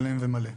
שלם ומלא.